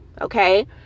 okay